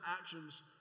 actions